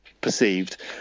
perceived